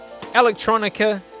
electronica